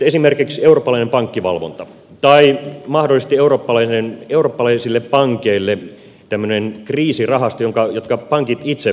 esimerkiksi eurooppalainen pankkivalvonta tai mahdollisesti eurooppalaisille pankeille tämmöinen kriisirahasto jonka pankit itse rahoittavat